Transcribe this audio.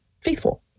faithful